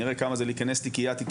נראה כמה זה להיכנס תיקייה-תיקייה.